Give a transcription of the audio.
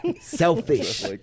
Selfish